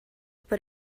but